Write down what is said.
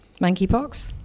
monkeypox